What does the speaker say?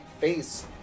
face